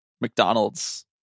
McDonald's